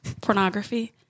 pornography